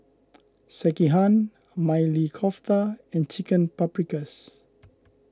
Sekihan Maili Kofta and Chicken Paprikas